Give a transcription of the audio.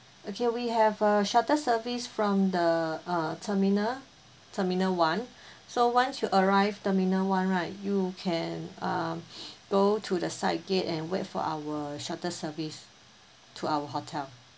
okay we have uh shuttle service from the uh terminal terminal one so once you arrive terminal one right you can um go to the side gate and wait for our shuttle service to our hotel